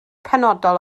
penodol